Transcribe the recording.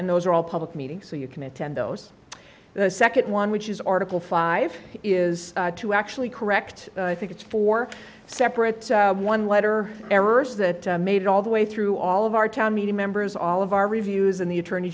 and those are all public meetings so you can attend those the second one which is article five is to actually correct i think it's four separate one letter errors that made all the way through all of our town meeting members all of our reviews and the attorney